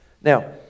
Now